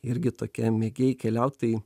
irgi tokie mėgėjai keliautojai